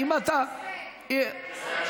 לבית הכיסא.